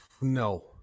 No